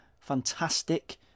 fantastic